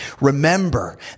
Remember